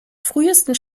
frühesten